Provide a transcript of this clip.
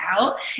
out